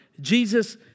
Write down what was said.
Jesus